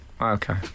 Okay